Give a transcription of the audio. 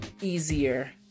easier